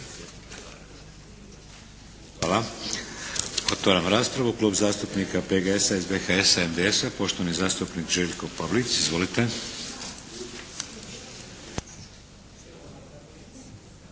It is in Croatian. Hvala. Otvaram raspravu. Klub zastupnika PGS-a, SBHS-a, NDS-a poštovani zastupnik Željko Pavlic. Izvolite.